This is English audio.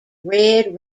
red